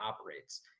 operates